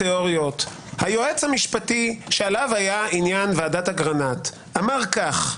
היועץ המשפטי שעליו היה עניין ועדת אגרנט אמר כך: